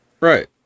Right